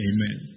Amen